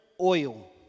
oil